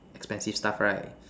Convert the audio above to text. expensive stuff right